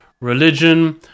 religion